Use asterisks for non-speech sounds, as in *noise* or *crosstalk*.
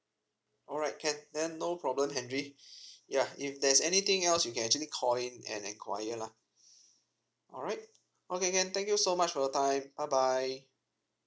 alright can then no problem henry *breath* ya if there's anything else you can actually call in and enquiry lah alright okay can thank you so much for your time bye bye